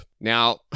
Now